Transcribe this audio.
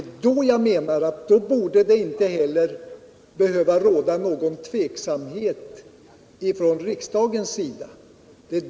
I dessa fall menar jag att det inte heller borde behöva råda någon tveksamhet från riksdagens sida.